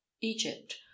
Egypt